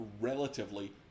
relatively